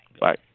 Bye